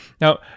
Now